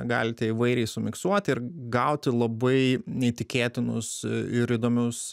galite įvairiai sumiksuoti ir gauti labai neįtikėtinus ir įdomius